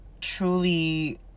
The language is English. truly